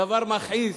דבר מכעיס,